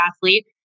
athlete